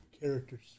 characters